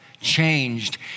changed